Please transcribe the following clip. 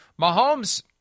Mahomes